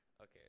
okay